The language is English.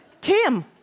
Tim